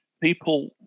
people